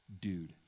dude